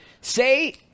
say